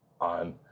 on